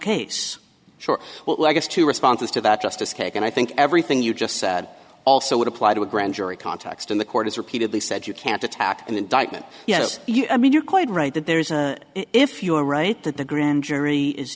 sure well i guess two responses to that justice kagan i think everything you just said also would apply to a grand jury context in the court has repeatedly said you can't attack an indictment yes i mean you're quite right that there is a if you are right that the grand jury is